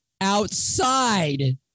outside